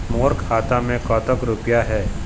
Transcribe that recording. मोर खाता मैं कतक रुपया हे?